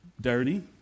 dirty